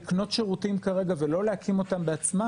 לקנות שירותים כרגע ולא להקים אותם בעצמה.